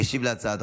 עשר דקות